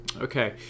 Okay